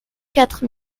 quatre